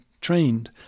trained